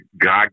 God